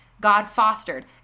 God-fostered